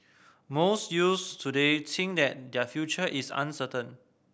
most youths today think that their future is uncertain